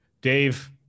Dave